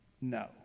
no